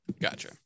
Gotcha